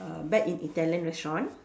err back in Italian restaurant